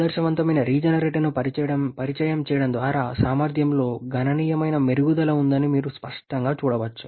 ఆదర్శవంతమైన రీజెనరేటర్ను పరిచయం చేయడం ద్వారా సామర్థ్యంలో గణనీయమైన మెరుగుదల ఉందని మీరు స్పష్టంగా చూడవచ్చు